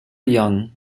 young